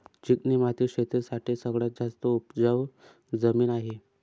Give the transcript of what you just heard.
चिकणी माती शेती साठी सगळ्यात जास्त उपजाऊ जमीन आहे